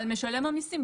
על משלם המיסים,